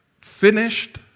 finished